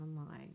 online